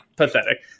Pathetic